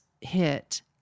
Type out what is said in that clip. hit